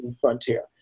frontier